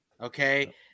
Okay